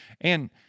And-